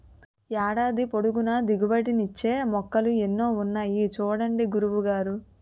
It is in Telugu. ఏడాది పొడుగునా దిగుబడి నిచ్చే మొక్కలు ఎన్నో ఉన్నాయి చూడండి గురువు గారు